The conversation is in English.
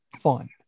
fun